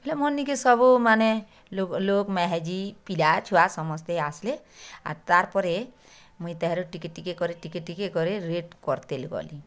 ହେଲେ ମୋର୍ ନିକେ ସବୁ ମାନେ ଲୋ ଲୋକ୍ ମାହେଜି ପିଲା ଛୁଆ ସମସ୍ତେ ଆସ୍ଲେ ଆର୍ ତାର୍'ପରେ ମୁଇଁ ତା'ର୍ ଟିକେ ଟିକେ କରି ଟିକେ ଟିକେ କରି ରେଟ୍ କର୍ତେଲ୍ ଗଲି